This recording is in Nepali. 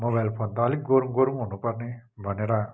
मोबाइल फोन त अलिक गह्रौँ गह्रौँ हुनुपर्ने भनेर